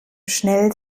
schnell